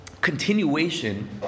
continuation